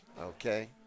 Okay